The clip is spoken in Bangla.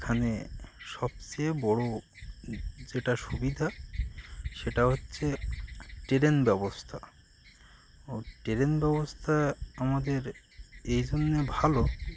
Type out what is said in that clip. এখানে সবচেয়ে বড় যেটা সুবিধা সেটা হচ্ছে ট্রেন ব্যবস্থা ও ট্রেন ব্যবস্থা আমাদের এই জন্যে ভালো